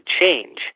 change